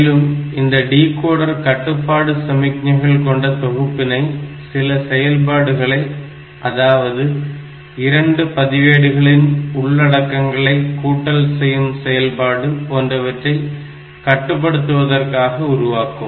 மேலும் இந்த டிகோடர் கட்டுப்பாட்டு சமிக்ஞைகள் கொண்ட தொகுப்பினை சில செயல்பாடுகளை அதாவது இரண்டு பதிவேடுகளில் உள்ள உள்ளடக்கங்களை கூட்டல் செய்யும் செயல்பாடு போன்றவற்றை கட்டுப்படுத்துவதற்காக உருவாக்கும்